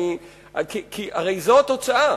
הרי זו התוצאה.